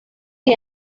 que